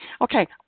Okay